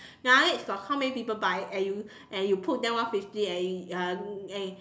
Laneige got how many people buy and you and you put them off fifty and it uh and it